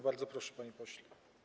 Bardzo proszę, panie pośle.